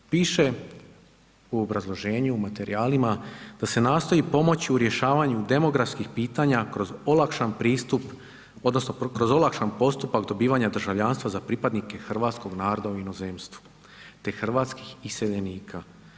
Piše u obrazloženju, u materijalima da se nastoji pomoći u rješavanju demografskih pitanja kroz olakšan pristup odnosno kroz olakšan postupak dobivanja državljanstva za pripadnike hrvatskog naroda u inozemstvu te hrvatskih iseljenika.